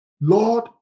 Lord